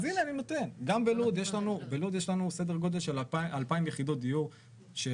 אז הנה אני נותן גם בלוד יש לנו פרויקט של 2,000 יחידות דיור שלקחנו,